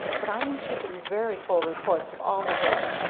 but i am keeping very full reports of all the work.